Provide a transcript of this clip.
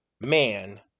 man